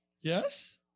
Yes